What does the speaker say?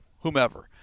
whomever